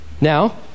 Now